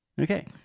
Okay